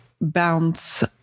bounce